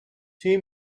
two